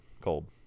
cold